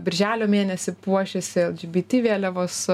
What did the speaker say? birželio mėnesį puošėsi lgbt vėliavos